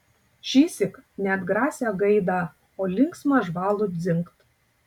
šįsyk ne atgrasią gaidą o linksmą žvalų dzingt